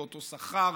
באותו שכר,